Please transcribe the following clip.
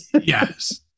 Yes